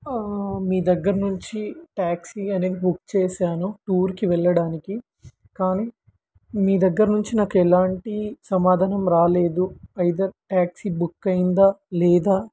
మీ దగ్గర నుంచి ట్యాక్సీ అనేది బుక్ చేశాను టూర్కి వెళ్ళడానికి కానీ మీ దగ్గర నుంచి నాకు ఎలాంటి సమాధానం రాలేదు ఐదర్ ట్యాక్సీ బుక్ అయిందా లేదా